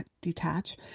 detach